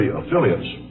affiliates